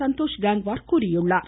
சந்தோஷ் கேங்குவார் தெரிவித்துள்ளார்